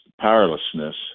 powerlessness